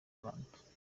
rwanda